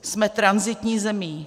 Jsme tranzitní zemí.